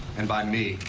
and by me.